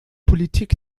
politik